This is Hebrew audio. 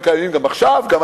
הם קיימים גם היום,